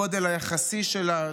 הגודל היחסי שלה,